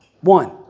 one